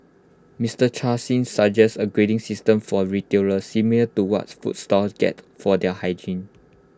Mister chan Sean suggests A grading system for retailers similar to what food stalls get for their hygiene